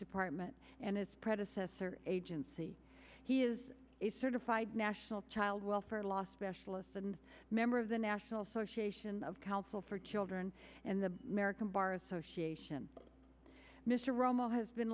department and its predecessor agency he is a certified national child welfare law specialist and member of the national association of council for children and the american bar association mr romo has been